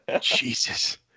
Jesus